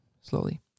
slowly